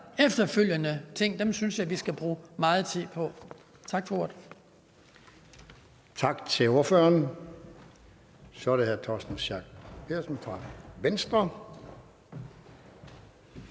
efterfølgende ting synes jeg vi skal bruge meget tid på. Tak for ordet.